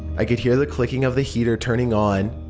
i could hear the clicking of the heater turning on.